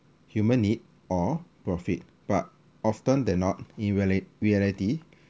human need or profit but often then not even re~ in reality